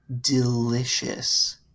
delicious